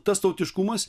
tas tautiškumas